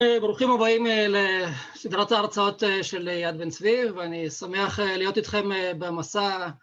ברוכים הבאים לסדרת ההרצאות של יד בן צבי ואני שמח להיות איתכם במסע.